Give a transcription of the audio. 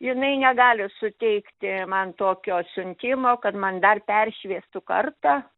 jinai negali suteikti man tokio siuntimo kad man dar persišviestų kartą